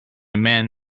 man